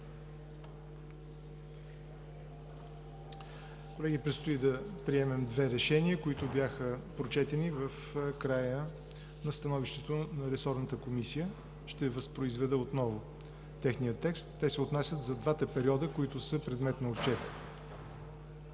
Колеги, предстои да приемем две решения, които бяха прочетени в края на Становището на ресорната комисия. Ще възпроизведа отново техния текст. Те се отнасят за двата периода, които са предмет на отчет.